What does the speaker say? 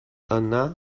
anà